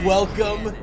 Welcome